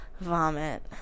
vomit